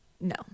no